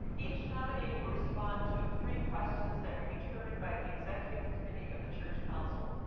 each nominee will respond to three questions that were determined by the executive committee of the church council.